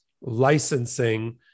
licensing